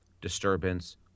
disturbance